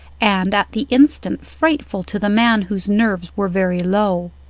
and at the instant frightful to the man whose nerves were very low.